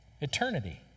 eternity